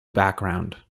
background